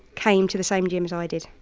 came to the same gym as i did